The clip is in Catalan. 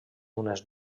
unes